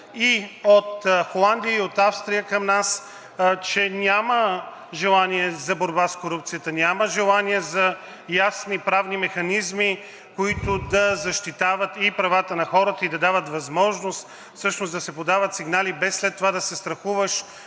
и от Холандия, и от Австрия към нас, че няма желание за борба с корупцията, няма желание за ясни правни механизми, които да защитават и правата на хората и да дават възможност всъщност да се подават сигнали, без след това да се страхуваш,